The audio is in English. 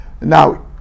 Now